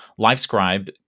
Livescribe